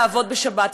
לעבוד בשבת.